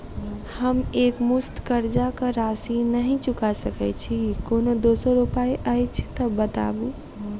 हम एकमुस्त कर्जा कऽ राशि नहि चुका सकय छी, कोनो दोसर उपाय अछि तऽ बताबु?